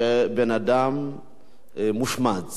שבן-אדם מושמץ